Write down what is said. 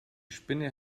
spinne